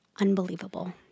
unbelievable